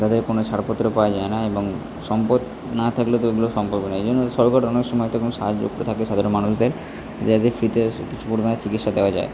তাদের কোনো ছাড়পত্র পাওয়া যায় না এবং সম্পদ না থাকলে তো ওইগুলো সম্ভব হবে না এই জন্য সরকার অনেক সমায় তেমন সাহায্য করে থাকে সাধারণ মানুষদের যে তাদের ফ্রিতে কিছু পরিমাণ চিকিৎসা দেওয়া যায়